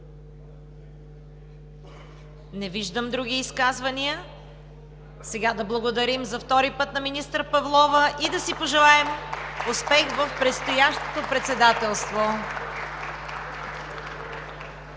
Не виждам други изказвания. Да благодарим за втори път на министър Павлова и да си пожелаем успех в предстоящото председателство.